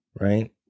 Right